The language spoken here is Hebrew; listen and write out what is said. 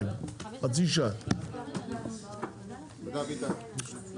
13:32. עכשיו עוד סעיף שכלול בפרק השונות בהצעת חוק התוכנית הכלכלית.